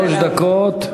שלוש דקות.